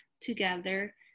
together